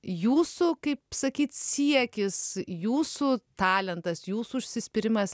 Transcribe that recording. jūsų kaip sakyt siekis jūsų talentas jūsų užsispyrimas